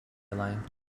line